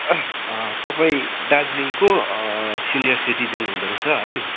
तपाईँ दार्जिलिङको senior citizen हुँदो रहेछ है